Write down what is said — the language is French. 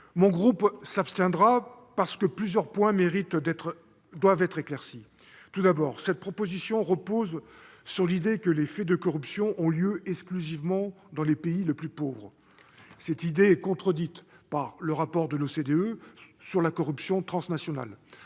Mon groupe s'abstiendra sur ce texte, car plusieurs points doivent encore être éclaircis. Tout d'abord, cette proposition de loi repose sur l'idée que les faits de corruption ont lieu exclusivement dans les pays les plus pauvres. Or cette idée est contredite par le rapport de l'OCDE sur la corruption transnationale